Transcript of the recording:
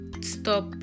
stop